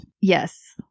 Yes